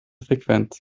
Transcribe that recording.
frequenz